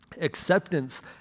acceptance